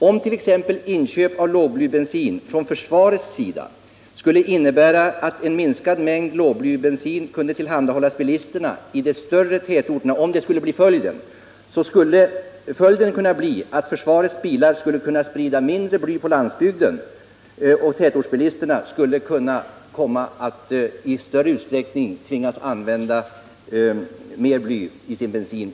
Om t.ex. inköp av lågblybensin från försvarets sida skulle innebära att en mindre mängd lågblybensin kan tillhandahållas bilisterna i de större tätorterna, skulle följden kunna bli den att försvarets bilar sprider mindre bly på landsbygden, medan tätortsbilisterna i större utsträckning tvingas använda mer bly i sin bensin.